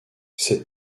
cette